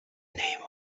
name